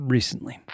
Recently